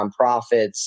nonprofits